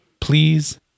please